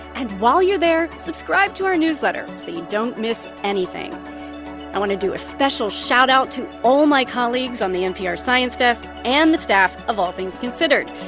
and while you're there, subscribe to our newsletter so you don't miss anything i want to do a special shoutout to all my colleagues on the npr science desk and the staff of all things considered.